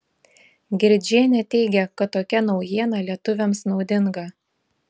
girdžienė teigia kad tokia naujiena lietuviams naudinga